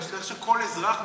אבל צריך שכל אזרח,